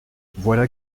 voilà